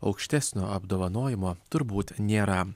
aukštesnio apdovanojimo turbūt nėra